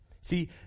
See